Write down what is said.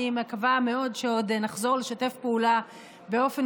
ואני מקווה מאוד שעוד נחזור לשתף פעולה באופן